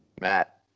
Matt